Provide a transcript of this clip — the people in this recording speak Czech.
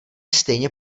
stejně